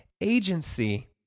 agency